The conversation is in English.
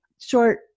short